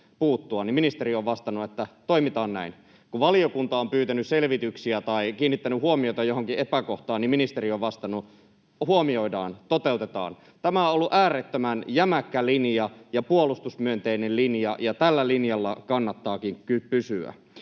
ministeri on vastannut, että toimitaan näin. Kun valiokunta on pyytänyt selvityksiä tai kiinnittänyt huomiota johonkin epäkohtaan, niin ministeri on vastannut, että huomioidaan, toteutetaan. Tämä on ollut äärettömän jämäkkä linja ja puolustusmyönteinen linja, ja tällä linjalla kannattaakin pysyä.